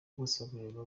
bosebabireba